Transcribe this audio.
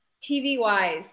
TV-wise